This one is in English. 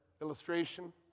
illustration